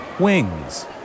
wings